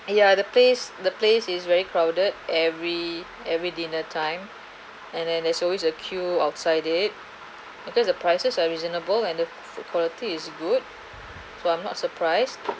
and ya the place the place is very crowded every every dinner time and then there's always a queue outside it because the prices are reasonable and the food quality is good for I'm not surprised